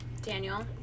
Daniel